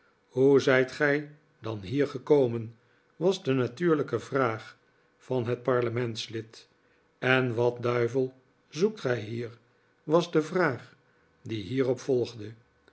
hoe zijt gij dan hier gekomen was de natuurlijke vraag van het parlementslid en wat duivel zoekt gij hier was de vraag die hierop volgde